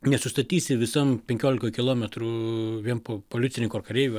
nesustatysi visam penkiolikoj kilometrų vien po policininko ar kareivio